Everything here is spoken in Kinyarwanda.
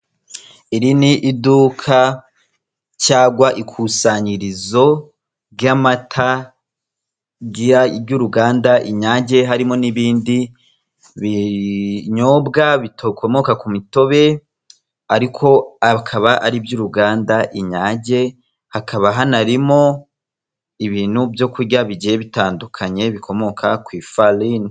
Iri ni iduka cyagwa ikusanyirizo ry'amata by'uruganda inyage, harimo n'ibindi binyobwa bikomoka ku mitobe ariko akaba ari iby'uruganda inyage, ariko hakaba hanarimo ibintu byo kurya bigiye bitandukanye bikomoka ku ifarini.